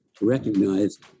recognized